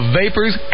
vapors